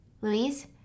Louise